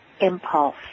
impulse